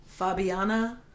Fabiana